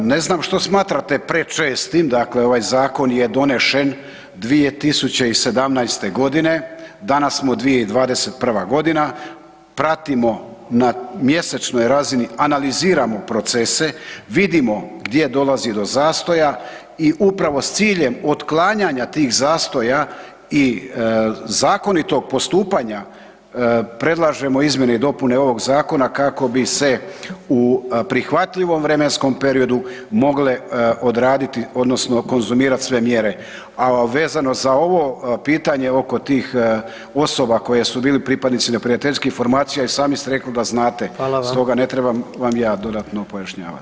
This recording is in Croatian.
Ne znam što smatrate prečestim, dakle ovaj zakon je donešen 2017. g., danas smo 2021. g., pratimo na mjesečnoj razini, analiziramo procese, vidimo gdje dolazi do zastoja i upravo s ciljem otklanjanja tih zastoja i zakonitog postupanja predlažemo izmjene i dopune ovog zakona kako bi se u prihvatljivom vremenskom periodu mogle odraditi odnosno konzumirati sve mjere, a vezano za ovo pitanje oko tih osoba koje su bili pripadnici neprijateljskih formacija, i sami ste rekli da znate, [[Upadica: Hvala vam.]] stoga ne trebam vam ja dodatno pojašnjavati.